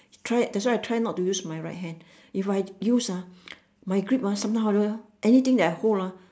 try that's why I try not to use my right hand if I use ah my grip ah somehow or whatever anything that I hold ah